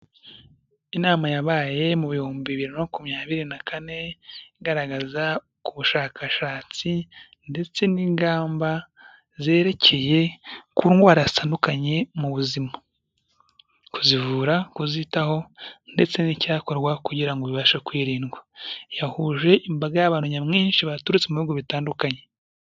Inama yabaye mu bihumbibiri makumyabiri na kane igaragaza ubushakashatsi ndetse n'ingamba zerekeye ku ndwara zitandukanye mu buzima kuzivura kuzitaho ndetse n'icyakorwa kugira ngo bibashe kwirindwa yahuje imbaga y'abantu nyamwinshi baturutse mu bihugu bitandukanye.